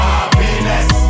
Happiness